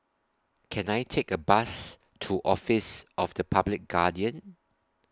Can I Take A Bus to Office of The Public Guardian